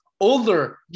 older